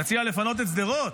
תציע לפנות את שדרות?